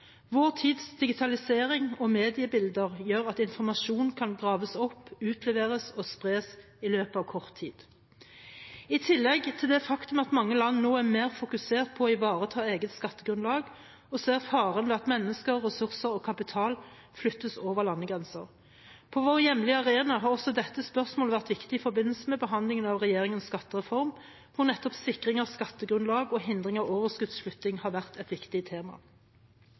Vår tids digitalisering og mediebilder gjør at informasjon kan graves opp, utleveres og spres i løpet av kort tid. I tillegg er det et faktum at mange land nå er mer fokusert på å ivareta eget skattegrunnlag og ser faren ved at mennesker, ressurser og kapital flyttes over landegrenser. På vår hjemlige arena har også dette spørsmålet vært viktig i forbindelse med behandlingen av regjeringens skattereform, hvor nettopp sikring av skattegrunnlag og hindring av overskuddsflytting har vært et viktig tema.